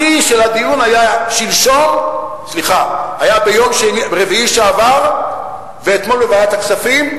השיא של הדיון היה ביום רביעי שעבר ואתמול בוועדת הכספים,